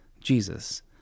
Jesus